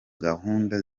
gahunda